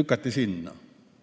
lükati sinna.